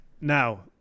now